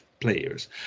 players